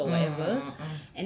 mm mm mm mm